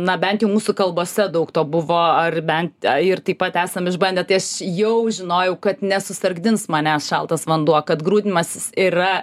na bent mūsų kalbose daug to buvo ar bent ir taip pat esam išbandę tai aš jau žinojau kad nesusargdins manęs šaltas vanduo kad grūdinimasis yra